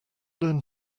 learn